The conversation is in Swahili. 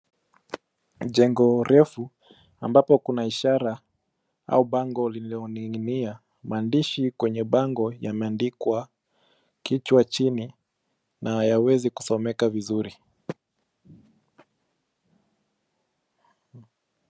Jengo refu ambapo kuna ishara au bango lililoning'inia. Maandishi kwenye bango yameandikwa kichwa chini na hayawezi kusomeka vizuri.